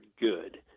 good